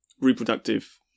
reproductive